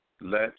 Let